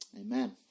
Amen